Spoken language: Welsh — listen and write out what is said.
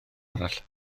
arall